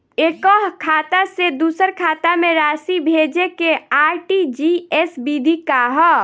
एकह खाता से दूसर खाता में राशि भेजेके आर.टी.जी.एस विधि का ह?